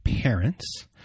parents